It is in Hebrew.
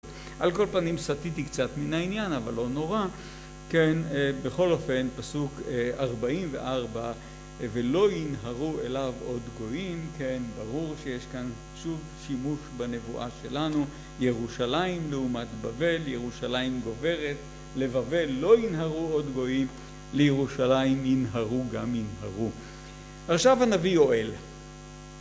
על כל פנים סטיתי קצת מן העניין אבל לא נורא... כן בכל אופן פסוק ארבעים וארבע "ולא ינהרו אליו עוד גויים"... כן ברור שיש כאן שוב שימוש בנבואה שלנו: ירושלים לעומת בבל, ירושלים גוברת, לבבל לא ינהרו עוד גויים, לירושלים ינהרו גם ינהרו. עכשיו הנביא יואל.